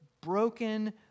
broken